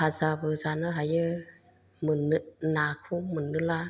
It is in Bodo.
फाजाबो जानो हायो मोननो नाखौ मोननोला